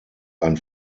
ein